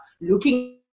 looking